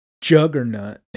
Juggernaut